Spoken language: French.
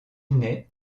nait